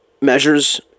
measures